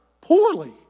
Poorly